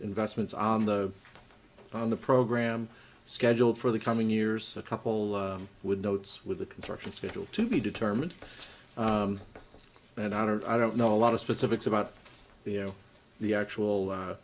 investments on the on the program scheduled for the coming years a couple with notes with the construction schedule to be determined and i don't i don't know a lot of specifics about you know the actual